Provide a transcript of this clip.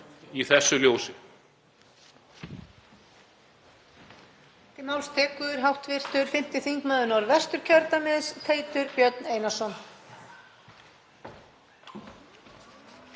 í þessu ljósi.